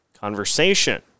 conversation